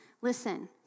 Listen